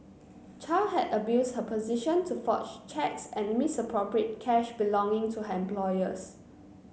Chow had abused her position to forge cheques and misappropriate cash belonging to her employers